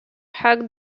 hug